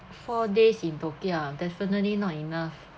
four days in tokyo ah definitely not enough